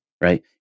right